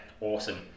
Awesome